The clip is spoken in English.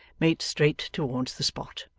made straight towards the spot.